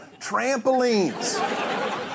trampolines